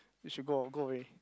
they should go go away